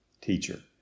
Teacher